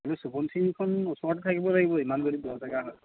এনে সোৱণশিৰি ওচৰতে থাকিব লাগিব ইমান যদি দ জেগা হয়